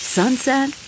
sunset